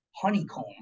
Honeycomb